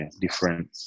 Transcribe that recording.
different